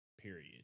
period